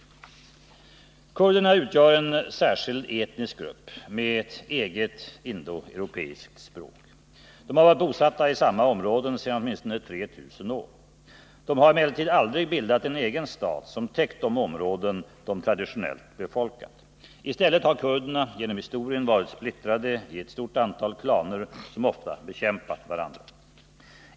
Kurderna utgör en särskild etnisk grupp med ett eget indoeuropeiskt språk. De har varit bosatta i samma områden sedan åtminstone 3 000 år. De har emellertid aldrig bildat en egen stat som täckt de områden de traditionellt befolkat. I stället har kurderna genom historien varit splittrade i ett stort antal klaner som ofta bekämpat varandra.